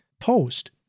post